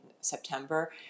September